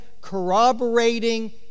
corroborating